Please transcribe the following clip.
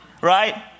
right